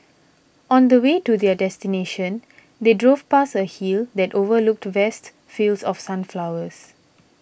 on the way to their destination they drove past a hill that overlooked vast fields of sunflowers